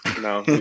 No